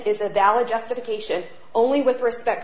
is a valid justification only with respect